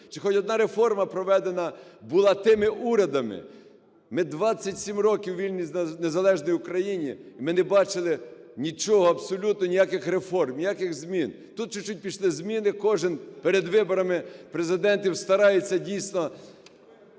Чи хоч одна реформа, проведена була тими урядами. Ми 27 років в вільній, незалежній Україні, і ми не бачили нічого, абсолютно ніяких реформ, ніяких змін. Тут чуть-чуть пішли зміни, кожен перед виборами Президента старається, дійсно,